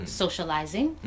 socializing